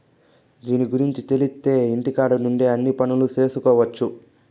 దీని గురుంచి తెలిత్తే ఇంటికాడ నుండే అన్ని పనులు చేసుకొవచ్చు